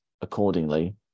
accordingly